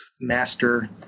master